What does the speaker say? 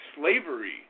slavery